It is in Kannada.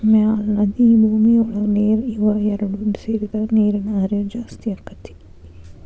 ಮ್ಯಾಲ ನದಿ ಭೂಮಿಯ ಒಳಗ ನೇರ ಇವ ಎರಡು ಸೇರಿದಾಗ ನೇರಿನ ಹರಿವ ಜಾಸ್ತಿ ಅಕ್ಕತಿ